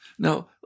Now